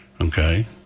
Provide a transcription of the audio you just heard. Okay